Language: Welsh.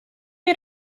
chi